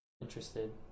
interested